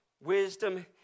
Wisdom